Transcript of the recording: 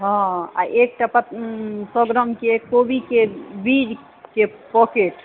हँ आ एकटा सए ग्रामके कोबीके बीजके पॉकेट